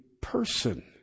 person